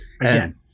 again